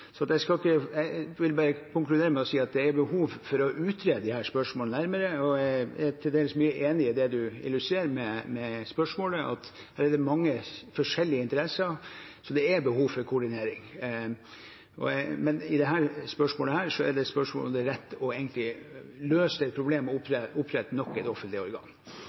Jeg vil bare konkludere med å si at det er behov for å utrede disse spørsmålene nærmere. Jeg er til dels mye enig i det representanten illustrerer med spørsmålet, at det er mange forskjellige interesser, så det er behov for koordinering. Det er et spørsmål om det er rett å løse det problemet ved å opprette nok et offentlig organ.